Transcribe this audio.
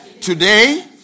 Today